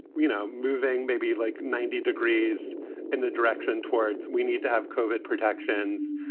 you know, moving maybe like ninety degrees in the direction towards we need to have covered protections.